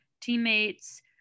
teammates